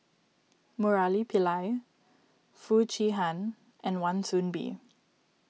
Murali Pillai Foo Chee Han and Wan Soon Bee